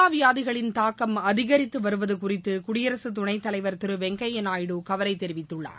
தொற்றா வியாதிகளின் தாக்கம் அதிகரித்து வருவது குறித்து குடியரசுத்துணை தலைவர் திரு வெங்கைய்யா நாயுடு கவலை தெரிவித்துள்ளார்